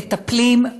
מטפלים,